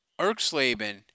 Erksleben